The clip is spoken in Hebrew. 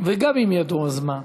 וגם אם ידעו, אז מה?